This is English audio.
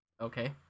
Okay